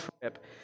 trip